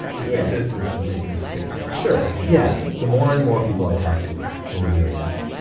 its existence is making a statement sure, yeah. the more and more people i talk to who are doing this,